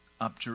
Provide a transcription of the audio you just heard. up